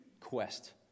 quest